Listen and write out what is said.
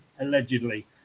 allegedly